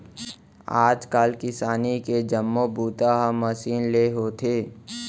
आज काल किसानी के जम्मो बूता ह मसीन ले होथे